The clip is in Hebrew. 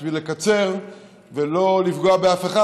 בשביל לקצר ולא לפגוע באף אחד,